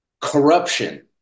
Corruption